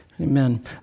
amen